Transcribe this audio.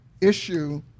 issue